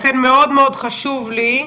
לכן מאוד מאוד חשוב לי,"